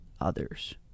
others